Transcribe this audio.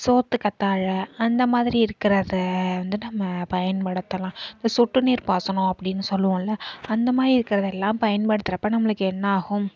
சோற்று கற்றாழ அந்தமாதிரி இருக்கிறத வந்து நம்ம பயன்படுத்தலாம் இப்போ சொட்டுநீர் பாசனம் அப்படின்னு சொல்வோம்ல அந்தமாதிரி இருக்கிறதெல்லாம் பயன்படுத்துகிறப்ப நம்மளுக்கு என்ன ஆகும்